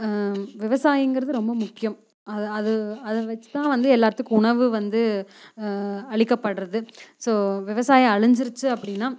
விவசாயங்கிறது ரொம்ப முக்கியம் அது அது அதை வச்சு தான் வந்து எல்லாத்துக்கும் உணவு வந்து அளிக்கப்படுறது ஸோ விவசாயம் அழிஞ்சுருச்சு அப்படின்னா